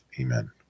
Amen